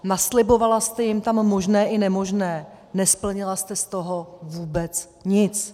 Naslibovala jste jim tam možné i nemožné, nesplnila jste z toho vůbec nic.